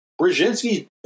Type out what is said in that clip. Brzezinski